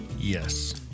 Yes